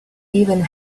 even